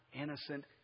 innocent